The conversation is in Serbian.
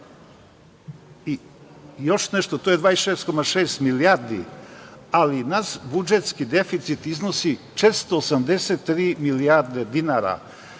57,7% BDP i to je 26,6 milijardi, ali naš budžetski deficit iznosi 483 milijarde dinara,